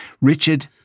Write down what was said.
Richard